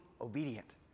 obedient